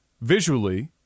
visually